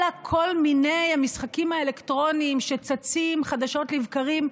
אלא כל מיני משחקים אלקטרוניים שצצים חדשות לבקרים,